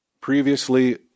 previously